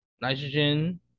Nitrogen